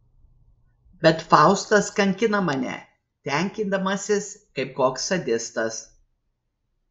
bet faustas kankina mane tenkindamasis kaip koks sadistas